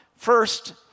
First